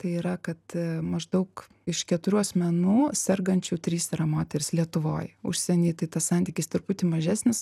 tai yra kad maždaug iš keturių asmenų sergančių trys yra moterys lietuvoj užsieny tai tas santykis truputį mažesnis